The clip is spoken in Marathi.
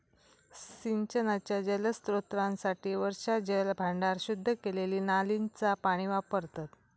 सिंचनाच्या जलस्त्रोतांसाठी वर्षाजल भांडार, शुद्ध केलेली नालींचा पाणी वापरतत